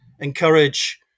encourage